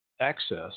access